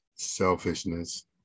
Selfishness